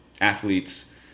athletes